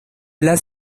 las